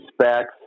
specs